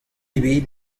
ebet